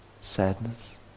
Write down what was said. sadness